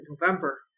November